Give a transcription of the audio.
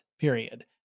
period